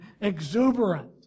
exuberant